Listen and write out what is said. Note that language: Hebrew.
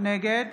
נגד